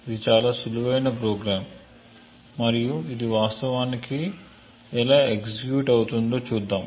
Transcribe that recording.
ఇది చాలా సులభమైన ప్రోగ్రామ్ మరియు ఇది వాస్తవానికి ఎలా ఎగ్జిక్యూట్ అవుతుందో చూద్దాం